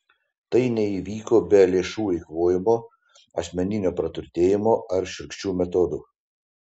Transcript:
tai neįvyko be lėšų eikvojimo asmeninio praturtėjimo ar šiurkščių metodų